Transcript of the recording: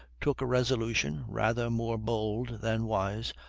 took a resolution, rather more bold than wise,